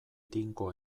tinko